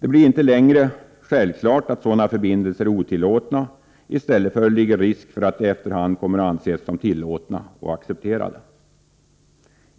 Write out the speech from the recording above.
Det blir inte längre självklart att sådana förbindelser är otillåtna. I stället föreligger risk för att de efter hand kommer att anses som tillåtna och accepterade.